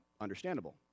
understandable